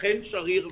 אכן שריר וקיים.